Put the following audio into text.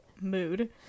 Mood